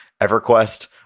EverQuest